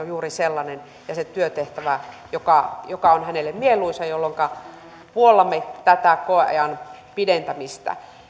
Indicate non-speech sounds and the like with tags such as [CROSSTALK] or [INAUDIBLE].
[UNINTELLIGIBLE] juuri sellainen joka joka on hänelle mieluisa jolloinka puollamme tätä koeajan pidentämistä